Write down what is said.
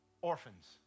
orphans